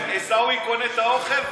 עיסאווי קונה את האוכל,